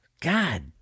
God